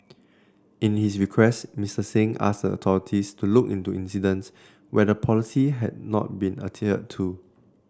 in his request Mr Singh asked a authorities to look into incidents when the policy had not been adhered to